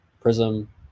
prism